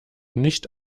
nicht